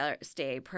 stay